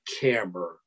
camera